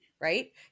right